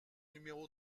numéro